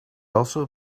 also